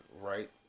right